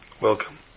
welcome